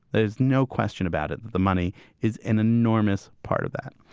there's no question about it that the money is an enormous part of that.